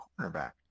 cornerback